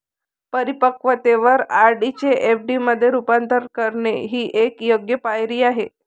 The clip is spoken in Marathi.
परिपक्वतेवर आर.डी चे एफ.डी मध्ये रूपांतर करणे ही एक योग्य पायरी आहे